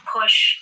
push